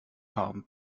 farben